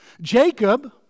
Jacob